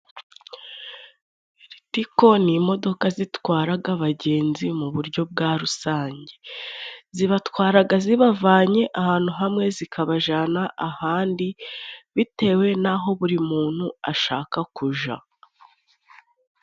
Litiko ni imodoka zitwaraga abagenzi mu buryo bwa rusange. Zibatwaraga zibavanye ahantu hamwe zikabajyana ahandi, bitewe n'aho buri muntu ashaka kuja.